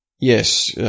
Yes